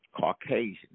Caucasian